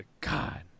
God